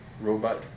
Robot